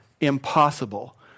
impossible